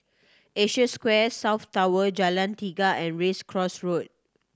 Asia Square South Tower Jalan Tiga and Race Course Road